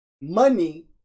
money